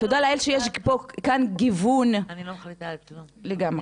תודה לאל שיש פה כאן גיוון --- אני לא מחליטה על כלום --- לגמרי.